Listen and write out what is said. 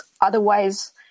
Otherwise